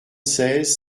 seize